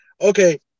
Okay